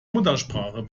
muttersprache